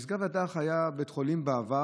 משגב לדך היה בית חולים בעבר.